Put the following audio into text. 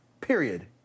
Period